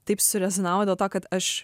taip surezonavo dėl to kad aš